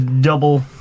double